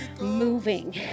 moving